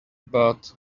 but